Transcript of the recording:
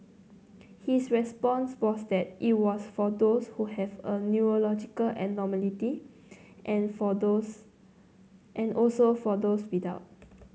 his response was that it was for those who have a neurological abnormality and for those and also for those without